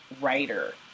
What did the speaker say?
writer